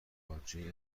باجه